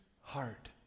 heart